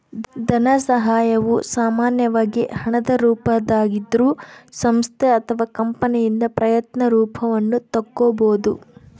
ಧನಸಹಾಯವು ಸಾಮಾನ್ಯವಾಗಿ ಹಣದ ರೂಪದಾಗಿದ್ರೂ ಸಂಸ್ಥೆ ಅಥವಾ ಕಂಪನಿಯಿಂದ ಪ್ರಯತ್ನ ರೂಪವನ್ನು ತಕ್ಕೊಬೋದು